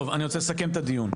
אני רוצה לסכם את הדיון.